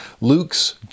Luke's